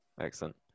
Excellent